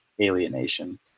alienation